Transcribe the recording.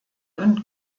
und